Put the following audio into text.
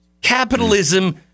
Capitalism